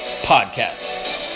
Podcast